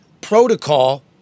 protocol